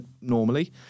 normally